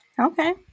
Okay